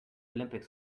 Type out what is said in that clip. olympics